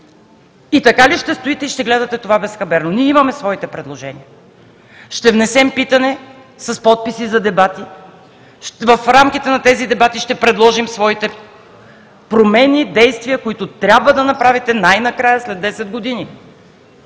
И така ли ще стоите и ще гледате това безхаберно? Ние имаме своите предложения, ще внесем питане с подписи за дебати. В рамките на тези дебати ще предложим своите промени и действия, които трябва да направите най-накрая – след десет години.